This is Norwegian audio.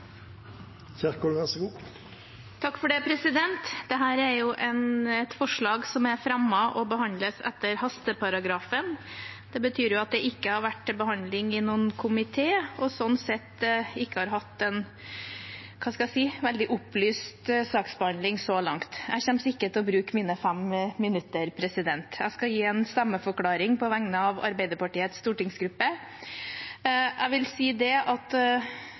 et forslag som er fremmet, og som behandles etter hasteparagrafen. Det betyr at det ikke har vært til behandling i en komité, og det har sånn sett ikke hatt en veldig opplyst saksbehandling så langt. – Jeg kommer ikke til å bruke mine 5 minutter. Jeg skal gi en stemmeforklaring på vegne av Arbeiderpartiets stortingsgruppe. Jeg vil si at Arbeiderpartiet lenge har oppfordret regjeringen til å finne praktiske løsninger her. Vi har bedt regjeringen i samarbeid med helsemyndighetene gjøre det